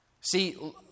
See